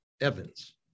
Evans